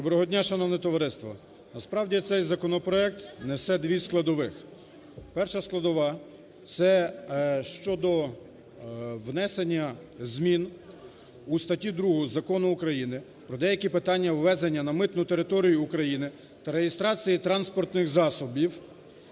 Доброго дня, шановне товариство! Насправді цей законопроект несе дві складових. Перша складова – це щодо внесення змін у статтю 2 Закону України "Про деякі питання ввезення на митну територію України та реєстрації транспортних засобів"